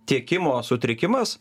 tiekimo sutrikimas